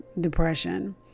depression